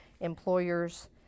employers